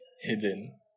hidden